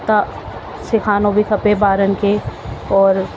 त सिखारिणो बि खपे ॿारनि खे और